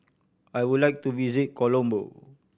I would like to visit Colombo